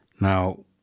Now